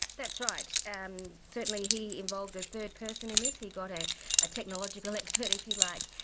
that's right. and certainly he involved a third person in this, he got a a technological expert, if you like,